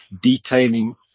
detailing